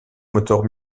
motor